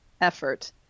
effort